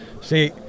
See